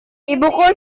ibuku